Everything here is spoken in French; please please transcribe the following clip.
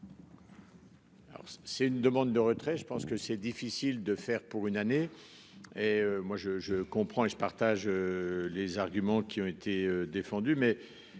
c'est une demande de retrait. Je pense que c'est difficile de faire pour une année. Et moi je je comprends et je partage. Les arguments qui ont été défendu